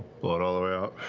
blow it all the way out.